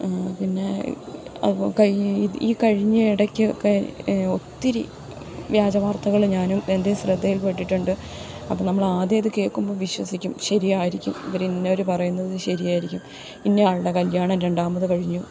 പിന്നെ ഈ കഴിഞ്ഞ ഇടയ്ക്ക് ഒക്കെ ഒത്തിരി വ്യാജ വാർത്തകൾ ഞാനും എൻ്റെ ശ്രദ്ധയിൽപ്പെട്ടിട്ടൊണ്ട് അപ്പം നമ്മൾ ആദ്യം അത് കേൾക്കുമ്പോൾ വിശ്വസിക്കും ശരിയായിരിക്കും ഇവർ ഇന്നവർ പറയുന്നത് ശരിയായിരിക്കും ഇന്നെ ആളുടെ കല്യാണം രണ്ടാമത് കഴിഞ്ഞു